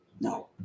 No